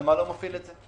הנמל לא מפעיל את זה.